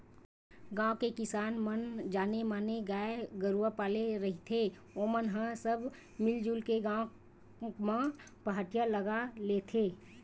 गाँव के किसान मन जेन मन गाय गरु पाले रहिथे ओमन ह सब मिलजुल के गाँव म पहाटिया ल लगाथे